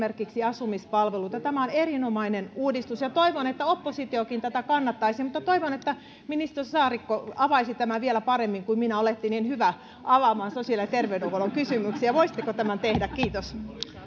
esimerkiksi asumispalveluita tämä on erinomainen uudistus ja toivon että oppositiokin tätä kannattaisi mutta toivon että ministeri saarikko avaisi tämän vielä paremmin kuin minä olette niin hyvä avaamaan sosiaali ja terveydenhuollon kysymyksiä voisitteko tämän tehdä kiitos